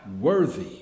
worthy